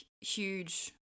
huge